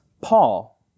Paul